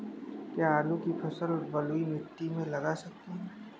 क्या आलू की फसल बलुई मिट्टी में लगा सकते हैं?